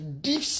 deep